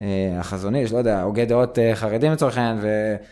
אהה.. החזון איש, לא יודע, הוגה חרדי לצורך העניין.